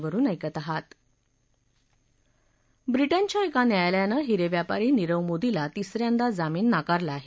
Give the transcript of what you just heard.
व्रिटनच्या एका न्यायालयानं हिरे व्यापारी नीरव मोदीला तिस यांदा जामीन नाकारला आहे